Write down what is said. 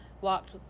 walked